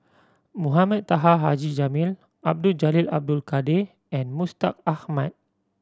Mohamed Taha Haji Jamil Abdul Jalil Abdul Kadir and Mustaq Ahmad